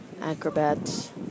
acrobats